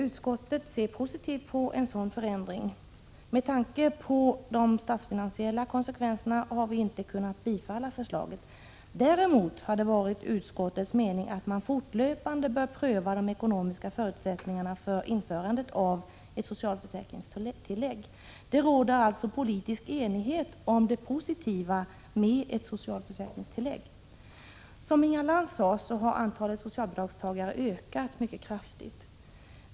Utskottet ser positivt på en sådan förändring. Med tanke på de statsfinansiella konsekvenserna har vi inte kunnat bifalla förslaget. Däremot har det varit utskottets mening att man fortlöpande bör pröva de ekonomiska förutsättningarna för införandet av ett socialförsäkringstillägg. Det råder således politisk enighet om att det är positivt med ett socialförsäkringstillägg. Som Inga Lantz sade har antalet socialbidragstagare ökat mycket kraftigt.